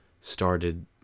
started